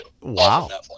wow